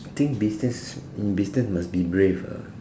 I think business business must be brave ah